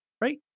Right